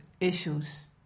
issues